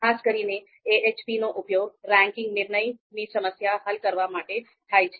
ખાસ કરીને AHP નો ઉપયોગ રેન્કિંગના નિર્ણયની સમસ્યાઓ હલ કરવા માટે થાય છે